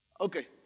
Okay